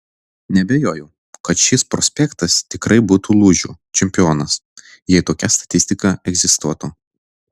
neabejoju kad šis prospektas tikrai būtų lūžių čempionas jei tokia statistika egzistuotų